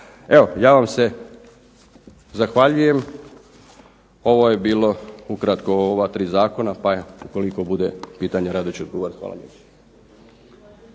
Evo ja vam se zahvaljujem. Ovo je bilo ukratko o ova tri zakona, pa ukoliko bude pitanja rado ću odgovoriti. Hvala